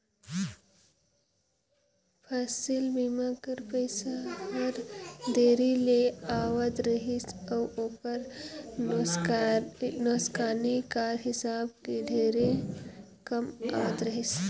फसिल बीमा कर पइसा हर देरी ले आवत रहिस अउ ओकर नोसकानी कर हिसाब ले ढेरे कम आवत रहिस